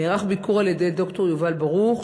נערך ביקור על-ידי ד"ר יובל ברוך,